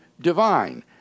divine –